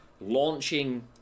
Launching